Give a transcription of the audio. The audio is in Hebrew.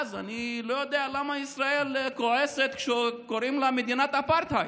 אני לא יודע למה ישראל כועסת כשקוראים לה מדינת אפרטהייד.